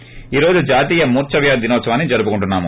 ి ఈ రోజు జాతీయ మూర్చ వ్యాధి దినోత్సవాన్ని జరుపుకుంటున్నా ము